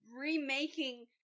remaking